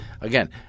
again